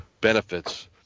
benefits